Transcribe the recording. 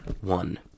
One